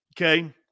Okay